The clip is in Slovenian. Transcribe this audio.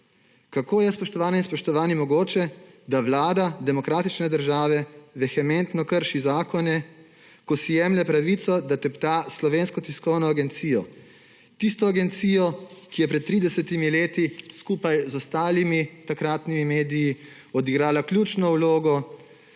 Kako je, spoštovane in spoštovani, mogoče, da vlada demokratične države vehementno krši zakone, ko si jemlje pravico, da tepta Slovensko tiskovno agencijo, tisto agencijo, ki je pred 30 leti skupaj z ostalimi takratnimi mediji odigrala ključno vlogo